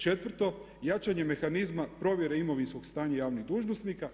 Četvrto, jačanjem mehanizma provjere imovinskog stanja javnih dužnosnika.